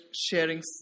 sharing